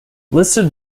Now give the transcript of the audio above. listed